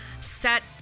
set